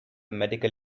medical